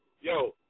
Yo